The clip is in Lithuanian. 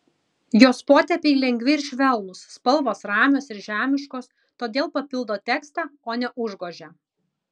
jos potėpiai lengvi ir švelnūs spalvos ramios ir žemiškos todėl papildo tekstą o ne užgožia